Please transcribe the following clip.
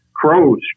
crows